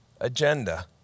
agenda